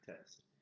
test